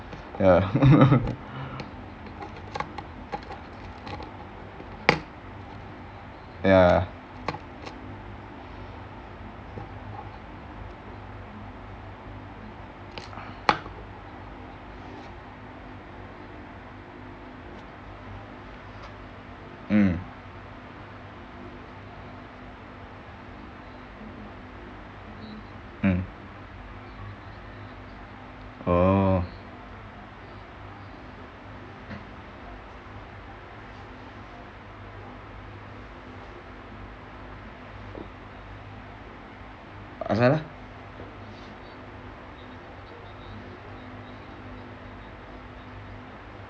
ya mm mm oh asal